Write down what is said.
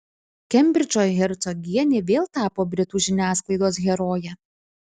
kembridžo hercogienė vėl tapo britų žiniasklaidos heroje